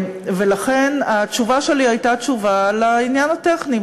ולכן, התשובה שלי הייתה תשובה לעניין הטכני.